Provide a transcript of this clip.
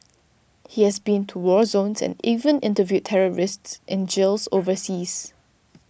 he has been to war zones and even interviewed terrorists in jails overseas